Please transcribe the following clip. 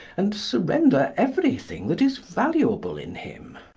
and surrender everything that is valuable in him.